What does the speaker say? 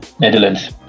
netherlands